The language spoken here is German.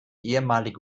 ehemalige